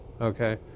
Okay